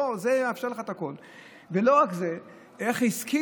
לא, זה מאפשר לך את הכול.